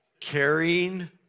Carrying